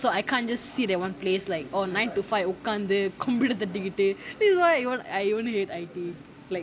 so I can't just sit at one place like oh nine to five உக்காந்து:ukanthu computer தட்டிகிட்டு:thattikittu this is why I won't I won't work in I_T like